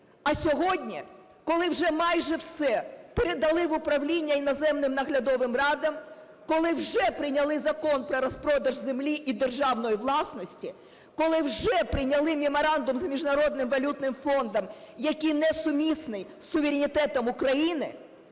А сьогодні, коли вже майже все передали в управління іноземним наглядовим радам, коли вже прийняли Закон про розпродаж землі і державної власності, коли вже прийняли меморандум з Міжнародним валютним фондом, який несумісний з суверенітетом України,